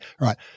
Right